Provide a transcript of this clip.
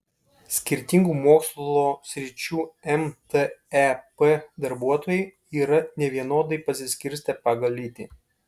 skirtingų mokslo sričių mtep darbuotojai yra nevienodai pasiskirstę pagal lytį